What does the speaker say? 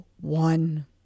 one